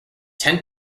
ten